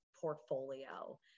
portfolio